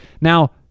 Now